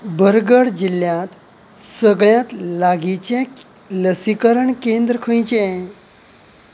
बरगढ़ जिल्ल्यांत सगळ्यांत लागींचें लसीकरण केंद्र खंयचें